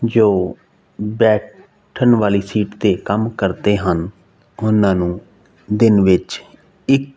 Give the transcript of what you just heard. ਜੋ ਬੈਠਣ ਵਾਲੀ ਸੀਟ 'ਤੇ ਕੰਮ ਕਰਦੇ ਹਨ ਉਹਨਾਂ ਨੂੰ ਦਿਨ ਵਿੱਚ ਇੱਕ